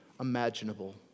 imaginable